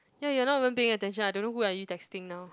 ya you are not even paying attention I don't know who are you texting now